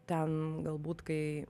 ten galbūt kai